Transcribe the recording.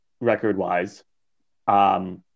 record-wise